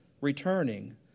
returning